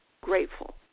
grateful